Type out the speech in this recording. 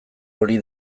hori